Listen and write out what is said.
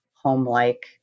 home-like